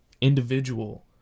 individual